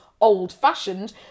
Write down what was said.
old-fashioned